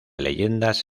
leyendas